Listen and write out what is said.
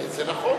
זה נכון.